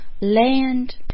land